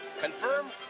Confirm